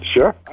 Sure